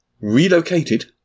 relocated